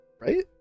Right